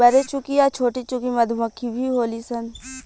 बरेचुकी आ छोटीचुकी मधुमक्खी भी होली सन